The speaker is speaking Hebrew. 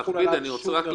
הלאה.